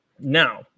Now